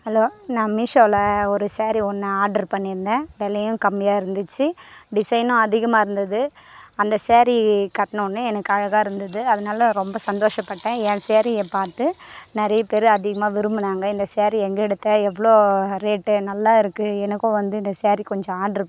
hello நான் மீஷோவில் ஒரு சேரீ ஒன்று ஆர்ட்ரு பண்ணி இருந்தேன் விலையும் கம்மியாக இருந்திச்சு டிசைனும் அதிகமாக இருந்தது அந்த சேரீ கட்டினவுனே எனக்கு அழகாக இருந்தது அதனால் ரொம்ப சந்தோஷப்பட்டேன் என் சேரீயை பார்த்து நிறைய பேர் அதிகமாக விரும்புனாங்க இந்த சேரீ எங்கள் எடுத்த எவ்வளோ ரேட்டு நல்லாயிருக்கு எனக்கும் வந்து இந்த சேரீ கொஞ்சம் ஆர்ட்ரு